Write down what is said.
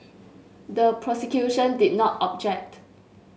the prosecution did not object